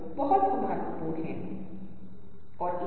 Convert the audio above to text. इसलिए हम ब्लूज़ शब्द का उपयोग करते हैंहै